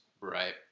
Right